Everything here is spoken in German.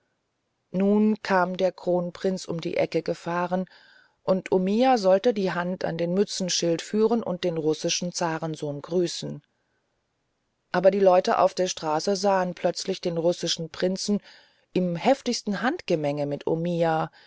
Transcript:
nun kam der kronprinz um die ecke gefahren und omiya sollte die hand an den mützenschild führen und den russischen zarensohn grüßen aber die leute auf der straße sahen plötzlich den russischen prinzen im heftigsten handgemenge mit omiya